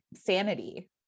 sanity